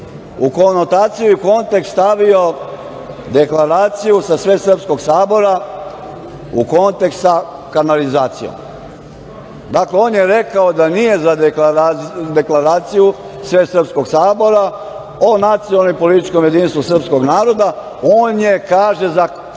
u konotaciju i kontekst stavio je deklaraciju sa Svesrpskog sabora u kontekst sa kanalizacijom. Dakle, on je rekao da nije za deklaraciju Svesrpskog sabora o nacionalnom i političkom jedinstvu srpskog naroda, on je, kaže, za kanalizaciju.